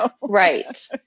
Right